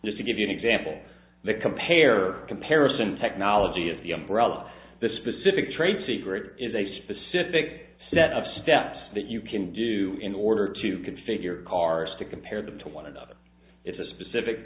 just to give you an example the compare comparison technology of the umbrella of the specific trade secret is a specific set of steps that you can do in order to configure cars to compare them to one another it's a specific